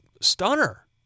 Stunner